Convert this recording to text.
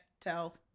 tell